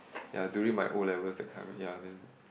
ya during my O-levels that time ya and then